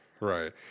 Right